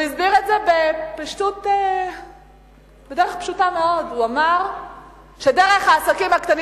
והוא הסביר את זה בדרך פשוטה מאוד: הוא אמר שדרך העסקים הקטנים